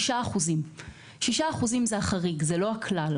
6%. 6% זה החריג, זה לא הכלל.